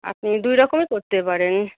আপনি দুই রকমই করতে পারেন